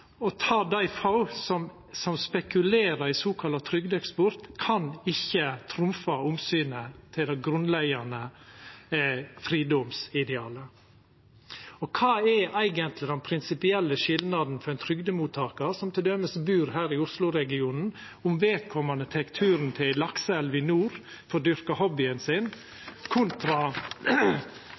dei få som spekulerer i såkalla trygdeeksport, kan ikkje trumfa omsynet til det grunnleggjande fridomsidealet. Og kva er eigentleg den prinsipielle skilnaden for ein trygdemottakar som t.d. bur her i Oslo-regionen, om vedkomande tek turen til ei lakseelv i nord for å dyrka hobbyen sin, kontra